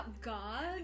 God